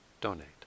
donate